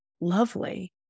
lovely